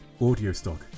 AudioStock